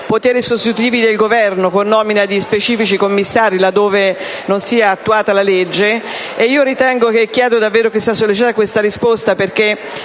Grazie,